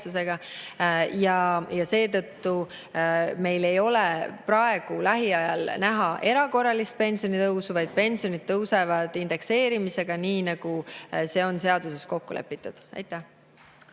Seetõttu ei ole praegu, lähiajal ette näha erakorralist pensionitõusu, vaid pensionid tõusevad indekseerimise alusel, nii nagu see on seaduses kokku lepitud. Aitäh!